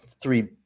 three